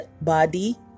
body